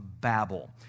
Babel